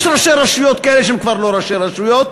יש ראשי רשויות כאלה שהם כבר לא ראשי רשויות,